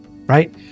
right